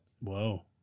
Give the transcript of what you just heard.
Whoa